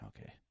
Okay